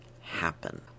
happen